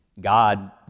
God